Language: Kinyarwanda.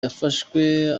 yafashwe